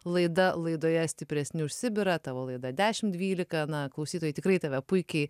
laida laidoje stipresni už sibirą tavo laida dešim dvylika na klausytojai tikrai tave puikiai